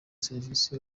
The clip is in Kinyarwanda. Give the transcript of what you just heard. serivisi